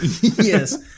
Yes